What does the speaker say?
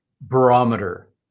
barometer